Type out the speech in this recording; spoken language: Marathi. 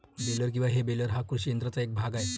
बेलर किंवा हे बेलर हा कृषी यंत्राचा एक भाग आहे